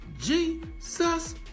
Jesus